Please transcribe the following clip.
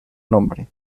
nombre